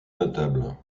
notables